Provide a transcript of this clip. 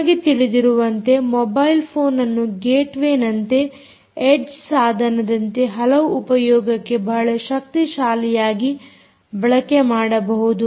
ನಿಮಗೆ ತಿಳಿದಿರುವಂತೆ mobile phone ಅನ್ನು ಗೇಟ್ ವೇನಂತೆ ಎಡ್ಜ್ ಸಾಧನದಂತೆ ಹಲವು ಉಪಯೋಗಕ್ಕೆ ಬಹಳ ಶಕ್ತಿ ಶಾಲಿಯಾಗಿ ಬಳಕೆ ಮಾಡಬಹುದು